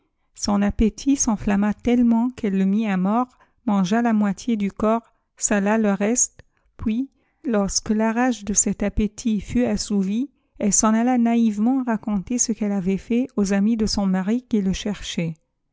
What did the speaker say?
son appétit s'enflamma tellement qu'elle le mit à mort mangea ja moitié du dorps sala le reste puis lorsque la rage de cet appétit fut assouvie ehe s'en alla naïvement raconter ce qu'elle avait fait aux a'mis de son mari qui le cherchaient